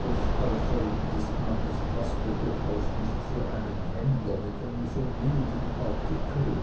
das äußere des mannes paßte durchaus nicht für einen händler mit einem so milden artikel